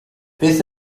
beth